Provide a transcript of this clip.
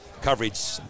coverage